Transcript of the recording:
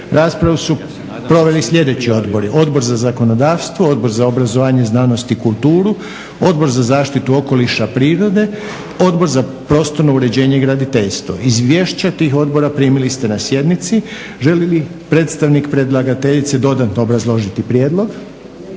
Raspravu su proveli sljedeći odbori: Odbor za zakonodavstvo, Odbor za obrazovanje, znanost i kulturu, Odbor za zaštitu okoliša, prirode, Odbor za prostorno uređenje i graditeljstvo. Izvješća tih odbora primili ste na sjednici. Želi li predstavnik predlagateljice dodatno obrazložiti prijedlog?